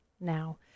now